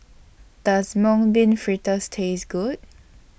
Does Mung Bean Fritters Taste Good